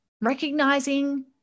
recognizing